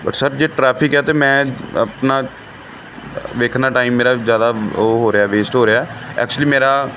but sir ਜੇ traffic ਹੈ ਤਾਂ ਮੈਂ ਆਪਣਾ ਵੇਖਣਾ ਟਾਈਮ ਮੇਰਾ ਜ਼ਿਆਦਾ ਉਹ ਹੋ ਰਿਹਾ ਵੇਸਟ ਹੋ ਰਿਹਾ ਐਕਚੁਲੀ ਮੇਰਾ